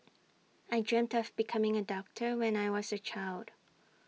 I dreamt of becoming A doctor when I was A child